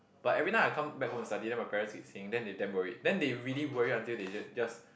but everytime I come back home study then my parents keep saying then they damn worried then they really worried until they just